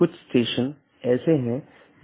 एक stub AS दूसरे AS के लिए एक एकल कनेक्शन है